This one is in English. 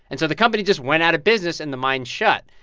and so the company just went out of business, and the mine shut.